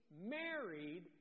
married